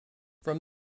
from